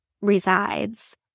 resides